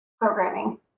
programming